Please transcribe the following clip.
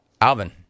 Alvin